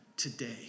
today